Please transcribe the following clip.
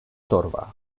torba